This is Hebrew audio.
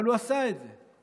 אבל הוא עשה את זה.